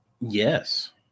Yes